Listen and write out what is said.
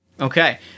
Okay